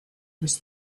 was